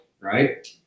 right